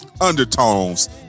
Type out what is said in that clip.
undertones